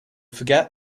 forget